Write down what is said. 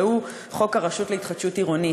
והוא חוק הרשות להתחדשות עירונית,